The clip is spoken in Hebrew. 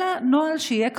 אלא נוהל שיהיה קבוע,